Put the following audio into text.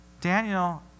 Daniel